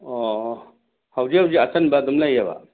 ꯑꯣ ꯍꯧꯖꯤꯛ ꯍꯧꯖꯤꯛ ꯑꯆꯟꯕ ꯑꯗꯨꯝ ꯂꯩꯌꯦꯕ